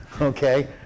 okay